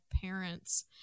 parents